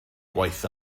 gwaith